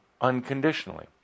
unconditionally